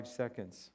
seconds